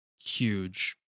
huge